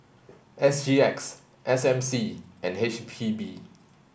S G X S M C and H P B